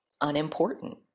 unimportant